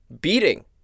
beating